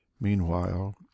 Meanwhile